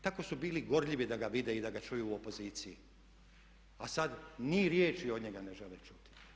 Tako su bili gorljivi da ga vide i da ga čuju u opoziciji a sad ni riječi od njega ne žele čuti.